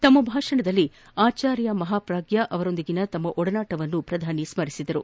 ತಮ್ಮ ಭಾಷಣದಲ್ಲಿ ಆಚಾರ್ಯ ಮಹಾಪ್ರಗ್ಯಾ ಅವರೊಂದಿಗಿನ ತಮ್ಮ ಒಡನಾಟವನ್ನು ಸ್ತರಿಸಿದರು